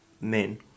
Men